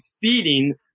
feeding